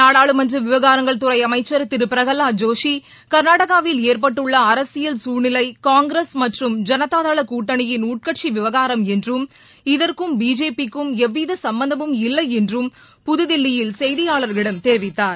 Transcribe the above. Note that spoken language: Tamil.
நாடாளுமன்ற விவகாரங்கள் துறை அமைச்சர் திரு பிரகலாத் ஜோஷி கர்நாடகாவில் ஏற்பட்டுள்ள அரசியல் சசூழ்நிலை காங்கிரஸ் மற்றும் ஜனதாதள கூட்டணியின் உள்கட்சி விவகாரம் என்றும் இதற்கும் பிஜேபிக்கும் எவ்வித சம்பந்தமும் இல்லை என்றும் புதுதில்லியில் செய்தியாளர்களிடம் தெரிவித்தார்